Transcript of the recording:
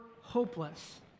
hopeless